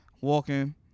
Walking